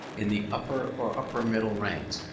in the upper or upper middle ranks,